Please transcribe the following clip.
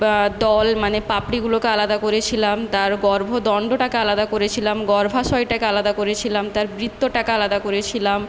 বা দল মানে পাপড়িগুলোকে আলাদা করেছিলাম তার গর্ভদণ্ডটাকে আলাদা করেছিলাম গর্ভাশয়টাকে আলাদা করেছিলাম তার বৃত্তটাকে আলাদা করেছিলাম